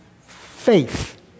faith